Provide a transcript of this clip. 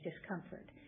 discomfort